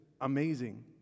amazing